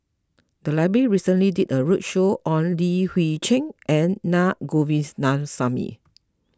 the library recently did a roadshow on Li Hui Cheng and Na Govindasamy